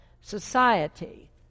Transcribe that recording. society